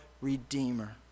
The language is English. Redeemer